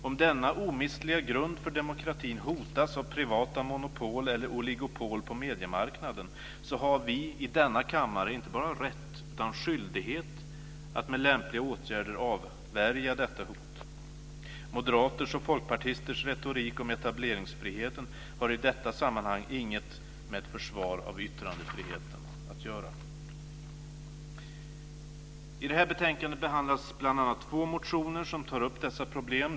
Om denna omistliga grund för demokratin hotas av privata monopol eller oligopol på mediemarknaden, har vi i denna kammare inte bara rätt utan skyldighet att med lämpliga åtgärder avvärja detta hot. Moderaters och folkpartisters retorik om etableringsfriheten har i detta sammanhang inget med försvar av yttrandefriheten att göra. I det här betänkandet behandlas bl.a. två motioner som tar upp dessa problem.